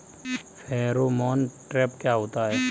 Pheromone trap क्या होता है?